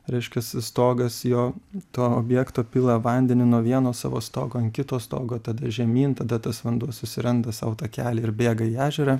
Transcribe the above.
reiškias stogas jo to objekto pila vandenį nuo vieno savo stogo ant kito stogo tada žemyn tada tas vanduo susiranda sau takelį ir bėga į ežerą